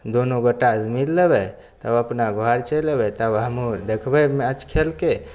दुनू गोटा मिल लेबै तब अपना घर चलि अयबै तब हमहूँ देखबै मैच खेलके